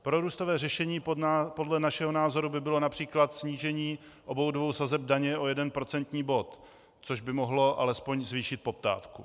Prorůstové řešení podle našeho názoru by bylo například snížení obou sazeb daně o jeden procentní bod, což by mohlo alespoň zvýšit poptávku.